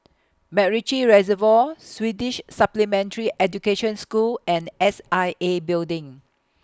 Macritchie Reservoir Swedish Supplementary Education School and S I A Building